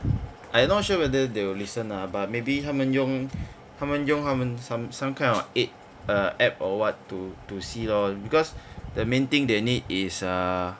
I not sure whether they will listen ah but maybe 他们用他们用他们 some kind of app err app or what to to see lor because the main thing they need is err